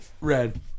red